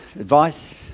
advice